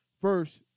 First